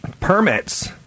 Permits